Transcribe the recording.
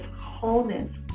wholeness